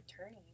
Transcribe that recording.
Attorney